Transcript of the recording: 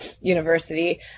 University